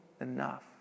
enough